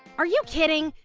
are you kidding?